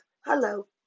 Hello